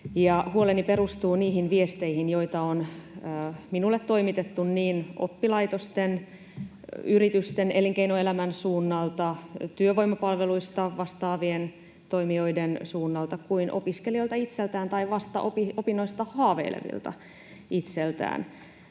Huoleni perustuu niihin viesteihin, joita on minulle toimitettu niin oppilaitosten, yritysten, elinkeinoelämän suunnalta, työvoimapalveluista vastaavien toimijoiden suunnalta kuin opiskelijoilta itseltään tai vasta opinnoista haaveilevilta itseltään.